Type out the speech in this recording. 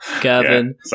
Gavin